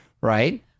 Right